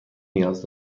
نیاز